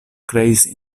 kreis